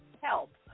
help